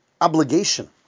obligation